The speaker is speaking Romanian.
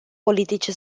politice